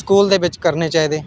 school दे बिच्च करने चाहिदे